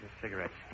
Cigarettes